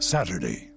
Saturday